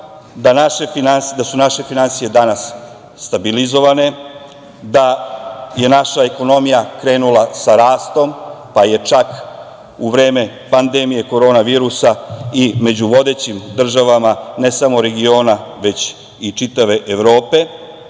da su naše finansije danas stabilizovane, da je naša ekonomija krenula sa rastom, pa je čak u vreme pandemije Korona virusa, i među vodećim državama, ne samo regiona, već i čitave Evrope. Doveli